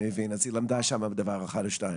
אז היא למדה שם דבר אחד או שניים.